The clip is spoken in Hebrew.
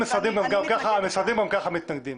המשרדים גם כך מתנגדים.